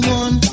one